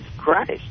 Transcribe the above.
Christ